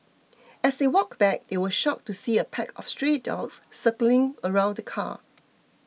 as they walked back they were shocked to see a pack of stray dogs circling around the car